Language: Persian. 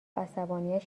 عصبانیت